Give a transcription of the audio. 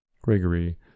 Gregory